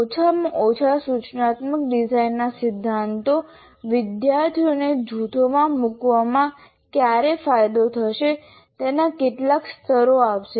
ઓછામાં ઓછા સૂચનાત્મક ડિઝાઇનના સિદ્ધાંતો વિદ્યાર્થીઓને જૂથોમાં મૂકવામાં ક્યારે ફાયદો થશે તેના કેટલાક સંકેતો આપશે